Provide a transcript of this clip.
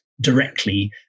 directly